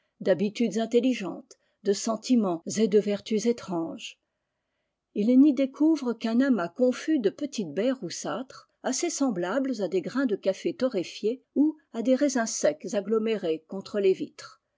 d'habitudes intelligentes de sentiments et de vertus étranges il n'y découvre qu'un amas confus de petites baies roussâtres assez semblables à des grains de café torréfié ou à des raisins secs agglomérés contre les vitres